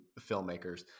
filmmakers